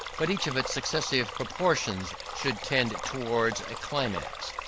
but each of its successive portions, should tend towards a climax.